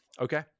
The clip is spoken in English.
Okay